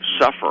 suffer